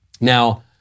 Now